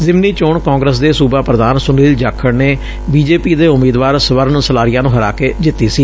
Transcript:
ਜ਼ਿਮਨੀ ਚੋਣ ਕਾਂਗਰਸ ਦੇ ਸੁਬਾ ਪ੍ਰਧਾਨ ਸੁਨੀਲ ਜਾਖੜ ਨੇ ਬੀ ਜੇ ਪੀ ਦੇ ਉਮੀਦਵਾਰ ਸਵਰਨ ਸਲਾਰੀਆ ਨੂੰ ਹਰਾ ਕੇ ਜਿੱਤੀ ਸੀ